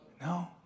No